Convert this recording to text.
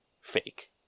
fake